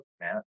man